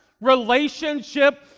relationship